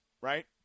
right